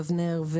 אבנר,